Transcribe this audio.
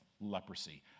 leprosy